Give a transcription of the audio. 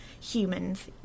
humans